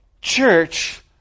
church